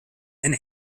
and